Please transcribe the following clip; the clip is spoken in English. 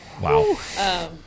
Wow